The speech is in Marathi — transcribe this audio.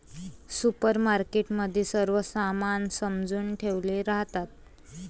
सुपरमार्केट मध्ये सर्व सामान सजवुन ठेवले राहतात